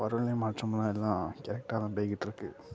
பருவநிலை மாற்றம்லாம் எல்லாம் கரெக்டாக தான் போய்கிட்ருக்கு